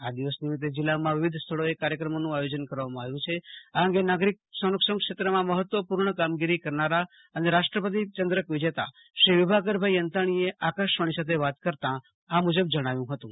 આ દિવસ નિમિત્તે જિલ્લામાં વિવિધ સ્થળોએ કાર્યક્રમોનું આયોજન કરવામાં આવ્યું છે આ અંગે નાગરિક સંરક્ષણ ક્ષેત્રમાં મહત્વપુર્ણ કામગીરી કરનારા અને રાષ્ટ્રપતિ પદક વિજેતા શ્રી વિભાકરભાઈ અંતાણીએ આકાશવાણી સાથે વાત કરતા આ મુજબ જણાવ્યુ હતું